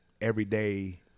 everyday